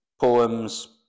poems